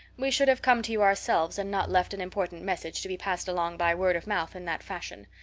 we should have come to you ourselves and not left an important message to be passed along by word of mouth in that fashion.